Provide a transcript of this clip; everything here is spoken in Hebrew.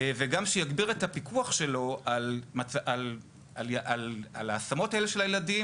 ושגם יגביר את הפיקוח שלו על ההשמות האלה של הילדים